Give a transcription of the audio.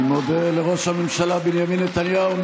אני מודה לראש הממשלה בנימין נתניהו.